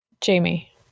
Jamie